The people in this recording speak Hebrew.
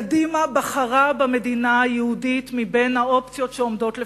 קדימה בחרה במדינה היהודית מבין האופציות שעומדות לפנינו.